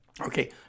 Okay